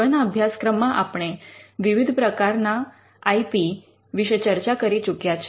આગળના અભ્યાસક્રમમાં આપણે વિવિધ પ્રકારના આઇ પી વિશે ચર્ચા કરી ચુક્યા છે